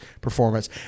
performance